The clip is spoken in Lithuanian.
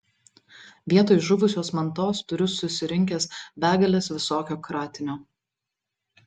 vietoj žuvusios mantos turiu susirinkęs begales visokio kratinio